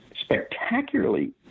spectacularly